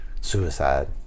suicide